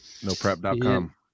NoPrep.com